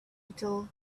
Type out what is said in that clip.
little